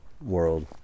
world